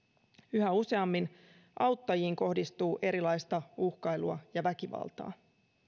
yhä useammin auttajiin kohdistuu erilaista uhkailua ja väkivaltaa